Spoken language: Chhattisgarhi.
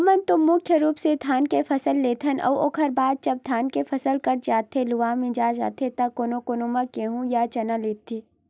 हमन तो मुख्य रुप ले धान के फसल लेथन अउ ओखर बाद जब धान के फसल कट जाथे लुवा मिसा जाथे त कोनो कोनो मन गेंहू या चना लेथे